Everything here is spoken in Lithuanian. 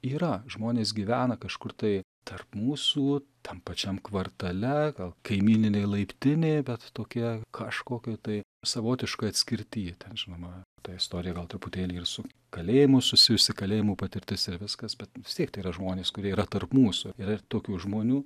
yra žmonės gyvena kažkur tai tarp mūsų tam pačiam kvartale gal kaimyninėj laiptinėj bet tokie kažkokioj tai savotiškoj atskirty ten žinoma ta istorija gal truputėlį ir su kalėjimu susijusi kalėjimo patirtis ir viskas bet vis tiek tai yra žmonės kurie yra tarp mūsų yra ir tokių žmonių